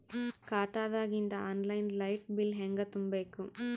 ಖಾತಾದಾಗಿಂದ online light bill ಹೇಂಗ ತುಂಬಾ ಬೇಕು?